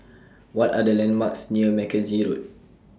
What Are The landmarks near Mackenzie Road